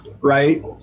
right